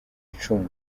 icumu